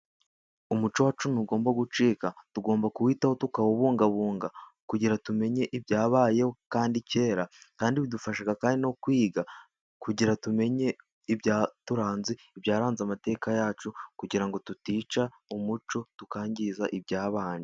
Umuco wacu ntugomba gucika tugomba kuwitaho tukawubungabunga kugira tumenye ibyabayeho kera, kandi bidufasha no kwiga kugira tumenye ibyaranze amateka yacu kugira ngo tutica umuco tukangiza ibyabaye.